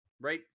right